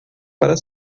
para